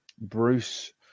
Bruce